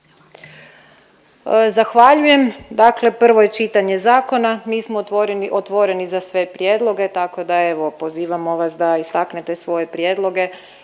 Zahvaljujem. Dakle, prvo je čitanje zakona, mi smo otvoreni za sve prijedloge tako da evo pozivamo vas da istaknete svoje prijedloge